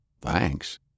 thanks